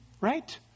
right